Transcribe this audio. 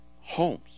homes